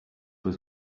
was